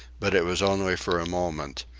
but it was only for a moment.